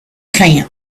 camp